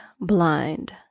blind